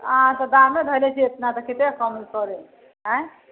अहाँ तऽ दामे धेले छियै एतना तऽ कते कम करू आंय